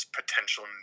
potential